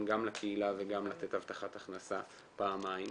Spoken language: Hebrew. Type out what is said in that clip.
גם לקהילה וגם לתת הבטחת הכנסה פעמיים.